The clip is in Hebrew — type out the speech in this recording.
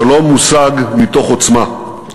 השלום מושג מתוך עוצמה.